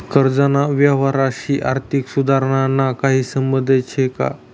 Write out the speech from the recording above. कर्जना यवहारशी आर्थिक सुधारणाना काही संबंध शे का?